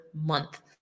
month